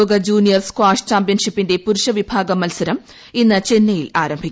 ലോക junior squash ചാമ്പ്യൻഷിപ്പിന്റെ പുരുഷ വിഭാഗം മത്സരം ഇന്ന് ചെന്നൈയിൽ ആരംഭിക്കും